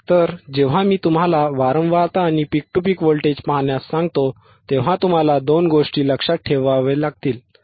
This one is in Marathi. तर जेव्हा मी तुम्हाला वारंवारता आणि पीक टू पीक व्होल्टेज पाहण्यास सांगतो तेव्हा तुम्हाला दोन गोष्टी लक्षात ठेवाव्या लागतील